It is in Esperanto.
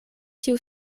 tiu